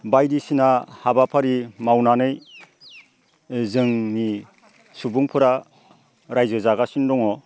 बायदिसिना हाबाफारि मावनानै जोंनि सुबुंफोरा रायजो जागासिनो दङ